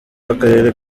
w’akarere